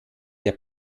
der